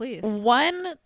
one